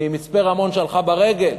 ממצפה-רמון, שהלכה ברגל